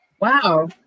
Wow